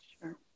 Sure